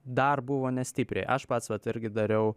dar buvo nestipriai aš pats vat irgi dariau